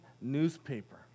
newspaper